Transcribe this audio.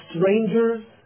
strangers